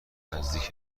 نزدیک